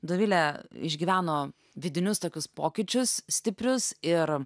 dovilė išgyveno vidinius tokius pokyčius stiprius ir